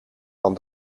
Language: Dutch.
van